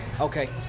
Okay